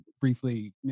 briefly